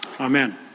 Amen